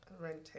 Renting